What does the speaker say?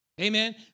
Amen